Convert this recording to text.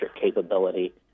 capability